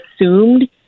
assumed